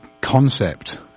concept